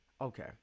okay